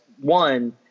one